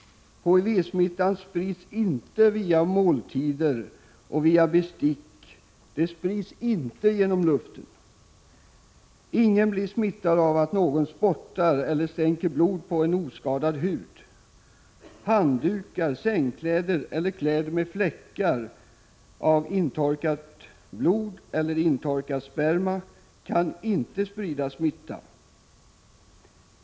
HIV-smittan sprids inte via måltider och via bestick. Den sprids inte genom luften. Ingen blir smittad av att någon spottar eller stänker blod på en oskadad hud. Handdukar, sängkläder eller kläder med fläckar av intorkat blod eller intorkad sperma kan inte sprida smitta.